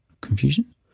confusion